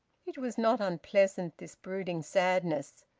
it was not unpleasant, this brooding sadness,